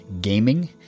gaming